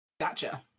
Gotcha